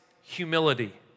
humility